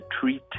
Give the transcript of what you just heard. treat